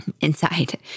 inside